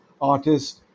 artist